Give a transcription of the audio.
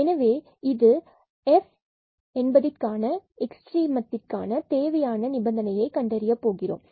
எனவே இது மற்றும் பின்பு F எக்ஸ்ட்ரீமம் அதற்கான தேவையான நிபந்தனையை கண்டறிய போகிறோம்